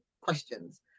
questions